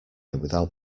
without